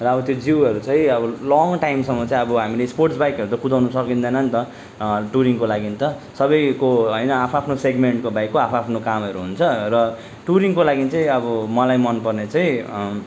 रा अब त्यो जिउहरू चाहिँ अब लङ् टाइमसम्म चाहिँ अब हामीले स्पोर्ट्स बाइकहरू त कुदाउनु सकिँदैन नि त टुरिङ्को लागि त सबैको होइन आफ् आफ्नो सेग्मेन्टको बाइक हो आफ् आफ्नो कामहरू हुन्छ र टुरिङ्को लागि चाहिँ अब मलाई मन पर्ने चाहिँ